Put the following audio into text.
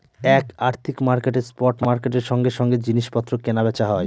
এক আর্থিক মার্কেটে স্পট মার্কেটের সঙ্গে সঙ্গে জিনিস পত্র কেনা বেচা হয়